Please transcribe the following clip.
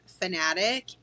fanatic